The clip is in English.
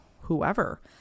whoever